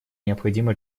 необходимо